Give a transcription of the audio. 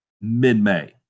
mid-May